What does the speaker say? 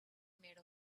made